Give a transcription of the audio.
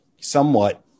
somewhat